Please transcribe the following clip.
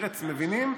מרצ מבינים,